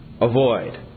avoid